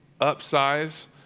upsize